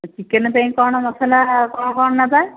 chicken ପାଇଁ କ'ଣ ମସଲା କ'ଣ କ'ଣ ନେବା